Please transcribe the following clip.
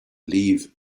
leave